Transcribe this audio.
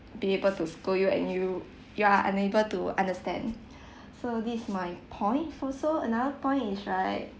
be able to scold you and you you're unable to understand so this is my point so so another point is right